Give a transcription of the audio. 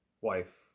wife